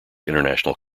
international